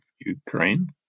Ukraine